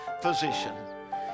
physician